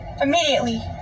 immediately